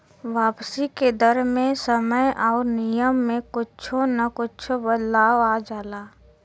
वापसी के दर मे समय आउर नियम में कुच्छो न कुच्छो बदलाव आ जाला